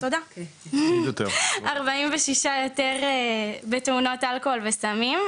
יותר בתאונות אלכוהול וסמים,